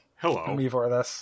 Hello